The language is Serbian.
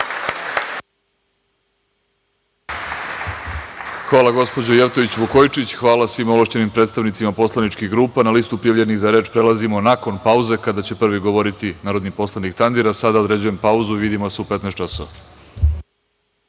Hvala. **Vladimir Orlić** Hvala. Hvala svim ovlašćenim predstavnicima poslaničkih grupa. Na listu prijavljenih za reč prelazimo nakon pauze kada će prvi govoriti narodni poslanik Tandir. Sada određujem pauzu i vidimo se u 15.00